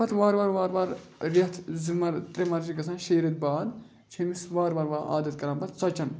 پَتہٕ وارٕ وارٕ وارٕ وارٕ رٮ۪تھ زٕ مَر ترٛےٚ مَر چھِ گژھان شیٚیہِ رٮ۪تہٕ باد چھِ أمِس وارٕ وارٕ وارٕ عادَت کَران پَتہٕ ژۄچَن